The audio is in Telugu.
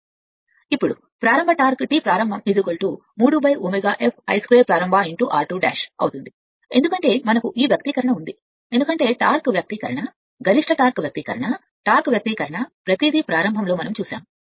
ఇప్పుడు ప్రారంభ టార్క్ T 3 I 2ప్రారంభ r2"' అవుతుంది ఎందుకంటే మనకు ఈ వ్యక్తీకరణ ఉంది ఎందుకంటే టార్క్ వ్యక్తీకరణ గరిష్ట టార్క్ వ్యక్తీకరణ టార్క్ వ్యక్తీకరణ ప్రతిదీ ప్రారంభించడం మనం చూశాము